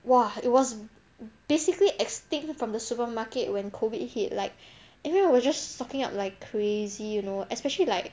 !wah! it was basically extinct from the supermarket when COVID hit like everyone will just soaking up like crazy you know especially like